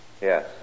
Yes